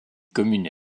commune